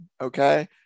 Okay